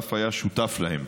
ואף היה שותף להם.